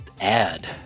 add